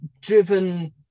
driven